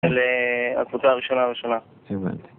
ל... הקבוצה הראשונה הראשונה - הבנתי